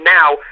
now